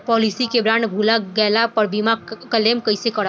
Policy के bond भुला गैला पर बीमा क्लेम कईसे करम?